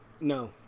no